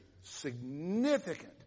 significant